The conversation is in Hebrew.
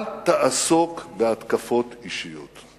אל תעסוק בהתקפות אישיות.